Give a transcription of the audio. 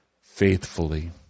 faithfully